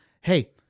Hey